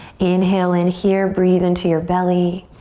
inhale in here, breathe into your belly.